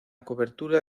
cobertura